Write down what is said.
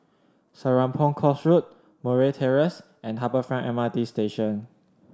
Serapong Course Road Murray Terrace and Harbour Front M R T Station